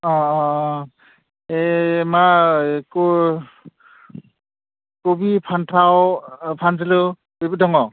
अ अ अ ओइ मा इखु खबि फान्थाव फानदलु बेफोर दङ